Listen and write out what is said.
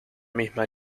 misma